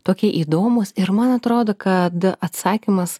tokie įdomūs ir man atrodo kad atsakymas